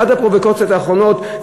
עד הפרובוקציות האחרונות,